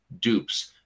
dupes